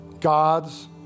God's